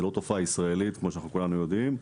זה לא תופעה ישראלית כפי שכולנו יודעים.